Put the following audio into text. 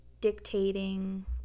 dictating